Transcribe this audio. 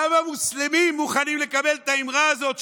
כמה מוסלמים מוכנים לקבל את האמרה הזאת,